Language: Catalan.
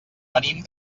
venim